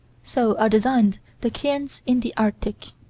so are designed the cairns in the arctic.